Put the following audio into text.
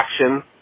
action